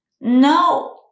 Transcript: No